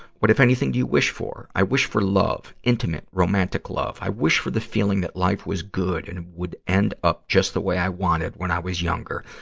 what, if anything, do you wish for? i wish for love, intimate, romantic love. i wish for the feeling that life was good and would end up just the way i wanted when i was younger,